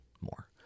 more